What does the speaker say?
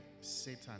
Satan